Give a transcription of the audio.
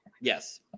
Yes